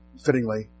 fittingly